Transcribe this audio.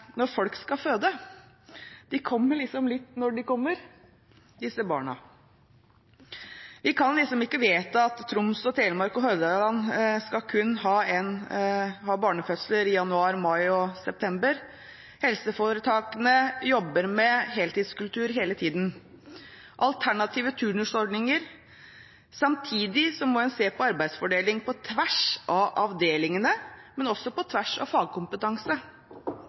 når folk skal føde – de kommer når de kommer, disse barna. Vi kan ikke vedta at Troms, Telemark og Hordaland kun skal ha barnefødsler i januar, mai og september. Helseforetakene jobber hele tiden med heltidskultur og med alternative turnusordninger. Samtidig må en se på arbeidsfordeling på tvers av avdelingene, men også på tvers av fagkompetanse.